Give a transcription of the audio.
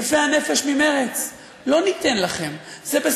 יפי הנפש ממרצ, לא ניתן לכם.